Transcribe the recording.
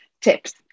tips